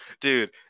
Dude